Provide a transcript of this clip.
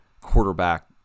quarterback